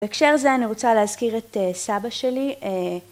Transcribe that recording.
בהקשר זה אני רוצה להזכיר את סבא שלי